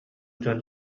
дьон